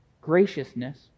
graciousness